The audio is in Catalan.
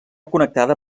connectada